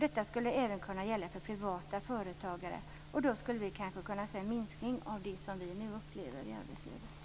Detta skulle även kunna gälla för privata företagare. Då skulle vi kanske kunna se en minskning av det som vi nu upplever i arbetslivet.